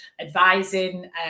advising